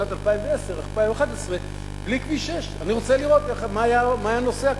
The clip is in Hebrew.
בשנת 2011 בלי כביש 6. אני רוצה לראות מה היה נוסע כאן.